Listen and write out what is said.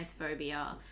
transphobia